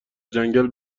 جنگل